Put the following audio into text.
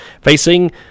Facing